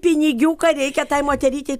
pinigiuką reikia tai moterytei